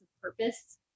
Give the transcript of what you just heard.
purpose